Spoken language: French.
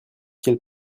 quelle